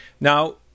now